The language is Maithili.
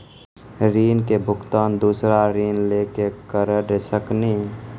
ऋण के भुगतान दूसरा ऋण लेके करऽ सकनी?